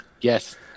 Yes